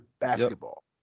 Basketball